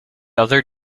other